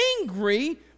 angry